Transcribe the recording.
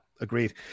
agreed